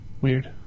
Weird